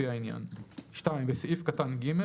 לפי העניין"; (2)בסעיף קטן (ג),